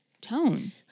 tone